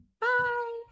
Bye